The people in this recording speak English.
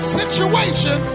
situation